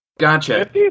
Gotcha